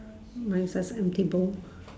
mine is just empty bowl